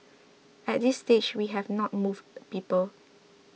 at this stage we have not moved people